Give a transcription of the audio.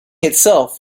itself